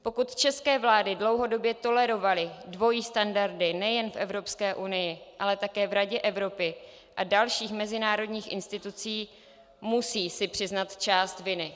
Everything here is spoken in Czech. Pokud české vlády dlouhodobě tolerovaly dvojí standardy nejen v EU, ale také v Radě Evropy a v dalších mezinárodních institucích, musí si přiznat část viny.